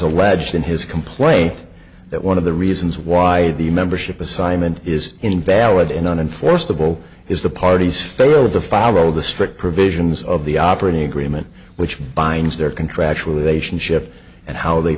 pledged in his complaint that one of the reasons why the membership assignment is invalid and on enforceable is the parties failed to follow the strict provisions of the operating agreement which binds their contractual relationship and how they